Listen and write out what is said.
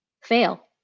fail